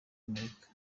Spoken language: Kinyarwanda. america